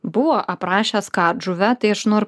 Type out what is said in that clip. buvo aprašęs katžuvę tai aš noriu